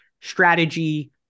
strategy